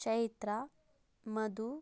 Chaitra Madhu